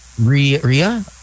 Ria